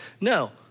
No